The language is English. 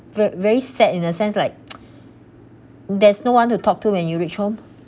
ve~ very sad in a sense like there's no one to talk to when you reach home